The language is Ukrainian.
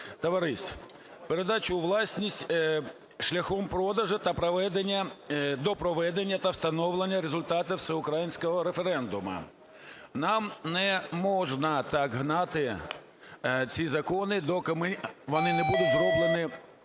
товариств, передачу у власність шляхом продажу до проведення та встановлення результатів всеукраїнського референдуму. Нам не можна так гнати ці закони, доки вони не будуть зроблені,